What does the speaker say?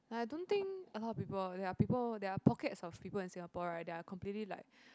I don't think a lot of people there are people there are pockets of people in Singapore right that are completely like